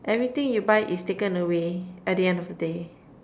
everything you buy is taken away at the end of the day